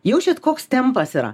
jaučiat koks tempas yra